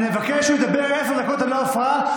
אני מבקש שהוא ידבר עשר דקות ללא הפרעה,